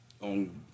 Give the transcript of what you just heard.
on